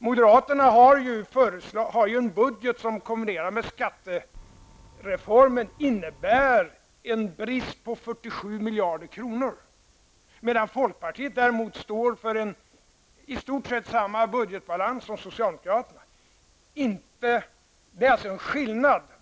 Moderaterna har ju en budget som, kombinerad med skattereformen, innebär en brist på 47 miljarder kronor, medan folkpartiet däremot står för i stort sett samma budgetbalans som socialdemokraterna.